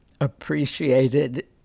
appreciated